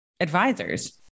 advisors